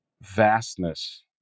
vastness